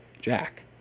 Jack